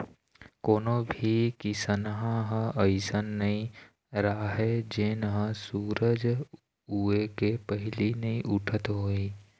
कोनो भी किसनहा ह अइसन नइ राहय जेन ह सूरज उए के पहिली नइ उठत होही